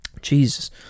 Jesus